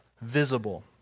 visible